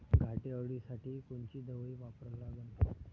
घाटे अळी साठी कोनची दवाई वापरा लागन?